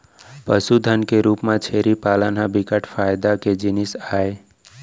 पसुधन के रूप म छेरी पालन ह बिकट फायदा के जिनिस आय